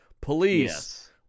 police